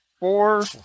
Four